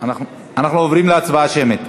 אנחנו עוברים להצבעה שמית.